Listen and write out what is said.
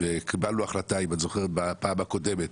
וקיבלנו החלטה, אם את זוכרת, בפעם הקודמת